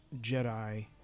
Jedi